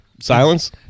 Silence